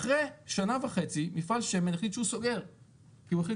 אחרי שנה וחצי החליט שהוא סוגר כי הוא החליט